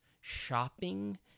shopping